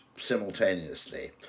simultaneously